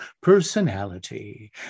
personality